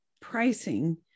pricing